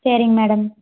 சரிங் மேடம்